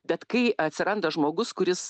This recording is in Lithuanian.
bet kai atsiranda žmogus kuris